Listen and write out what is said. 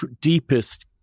deepest